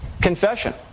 confession